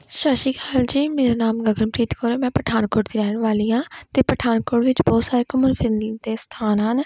ਸਤਿ ਸ਼੍ਰੀ ਅਕਾਲ ਜੀ ਮੇਰਾ ਨਾਮ ਗਗਨਪ੍ਰੀਤ ਕੌਰ ਹੈ ਮੈਂ ਪਠਾਨਕੋਟ ਦੀ ਰਹਿਣ ਵਾਲੀ ਹਾਂ ਅਤੇ ਪਠਾਨਕੋਟ ਵਿੱਚ ਬਹੁਤ ਸਾਰੇ ਘੁੰਮਣ ਫਿਰਨ ਦੇ ਸਥਾਨ ਹਨ